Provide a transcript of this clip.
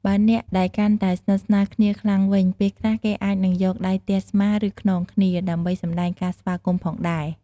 បើអ្នកដែលកាន់តែស្និទ្ធស្នាលគ្នាខ្លាំងវិញ ពេលខ្លះ គេអាចនឹងយកដៃទះស្មា ឬ ខ្នងគ្នា ដើម្បីសម្ដែងការស្វាគមន៍ផងដែរ។